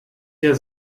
der